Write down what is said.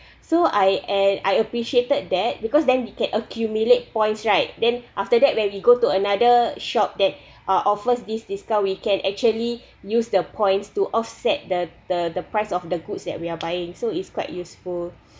so I and I appreciated that because then we can accumulate points right then after that when we go to another shop that uh offers this discount we can actually use the points to offset the the the price of the goods that we are buying so it's quite useful